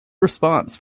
response